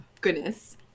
goodness